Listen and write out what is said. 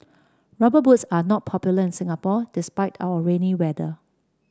rubber boots are not popular in Singapore despite our rainy weather